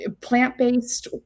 plant-based